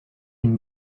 une